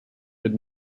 did